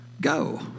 go